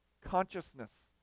consciousness